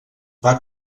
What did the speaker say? van